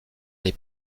les